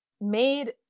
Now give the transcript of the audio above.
made